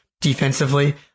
defensively